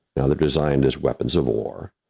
now, they're designed as weapons of war,